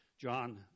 John